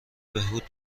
بهبود